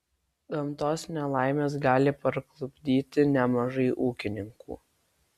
gamtos nelaimės gali parklupdyti nemažai ūkininkų